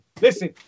listen